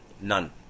None